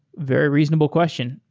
very reasonable question.